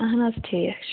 اَہَن حظ ٹھیٖک چھُ